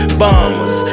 bombers